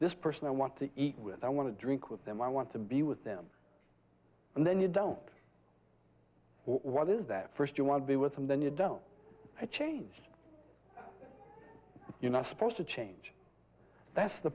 this person i want to eat with i want to drink with them i want to be with them and then you don't what is that first you want to be with them then you don't change you're not supposed to change that's the